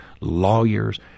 lawyers